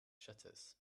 shutters